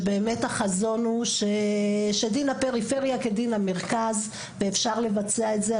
שבאמת החזון הוא שדין הפריפריה זה דין המרכז ואפשר לבצע את זה,